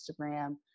Instagram